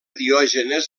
diògenes